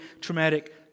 traumatic